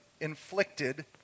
inflicted